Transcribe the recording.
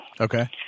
Okay